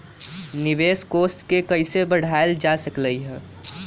निवेश कोष के कइसे बढ़ाएल जा सकलई ह?